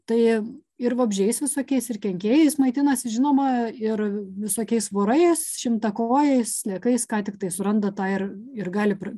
tai ir vabzdžiais visokiais ir kenkėjais maitinasi žinomair visokiais vorais šimtakojais sliekais ką tiktai suranda tą ir ir gali pr